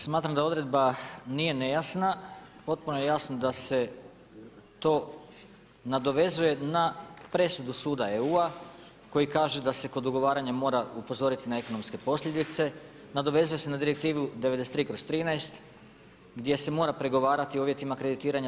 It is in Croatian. Smatram da odredba nije nejasna, potpuno je jasno da se to nadovezuje na presudu suda EU koji kaže da se kod ugovaranja mora upozoriti na ekonomske posljedice, nadovezuje se na Direktivu 93/13 gdje se mora pregovarati o uvjetima kreditiranja.